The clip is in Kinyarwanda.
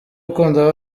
ukunda